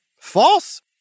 false